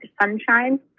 sunshine